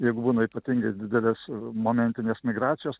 jeigu būna ypatingai didelės momentines migracijos